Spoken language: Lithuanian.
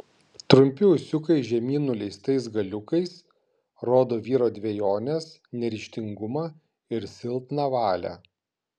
trumpi ūsiukai žemyn nuleistais galiukais rodo vyro dvejones neryžtingumą ir silpną valią